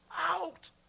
out